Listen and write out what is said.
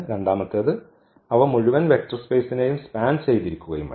രണ്ടാമത്തേത് അവ മുഴുവൻ വെക്റ്റർ സ്പേസിനെയും സ്പാൻ ചെയ്തിരിണം